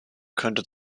könnte